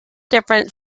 different